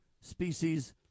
Species